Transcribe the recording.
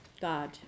God